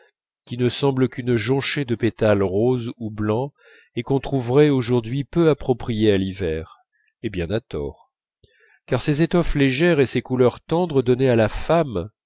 qui ne semblent qu'une jonchée de pétales roses ou blancs et qu'on trouverait aujourd'hui peu appropriés à l'hiver et bien à tort car ces étoffes légères et ces couleurs tendres donnaient à la femme